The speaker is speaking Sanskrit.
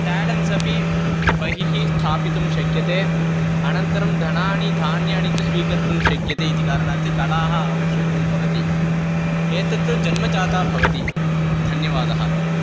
टेलेन्स् अपि बहिः स्थापितुं शक्यते अनन्तरं धनानि धान्यानि च स्वीकर्तुं शक्यते इति कारणात् कला आवश्यकी भवति एतत् जन्मजाता भवति धन्यवादः